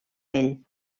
ell